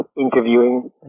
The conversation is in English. interviewing